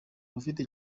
bafite